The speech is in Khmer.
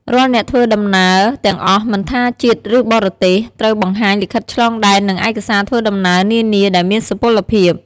រាល់អ្នកធ្វើដំណើរទាំងអស់មិនថាជាតិឬបរទេសត្រូវបង្ហាញលិខិតឆ្លងដែននិងឯកសារធ្វើដំណើរនានាដែលមានសុពលភាព។